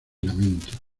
lamentos